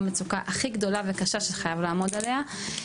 המצוקה הכי גדולה קשה שחייב לעמוד עליה.